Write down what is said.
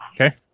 Okay